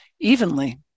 evenly